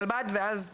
חלבי, ואז חינוך.